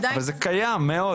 אבל זה קיים מאוד.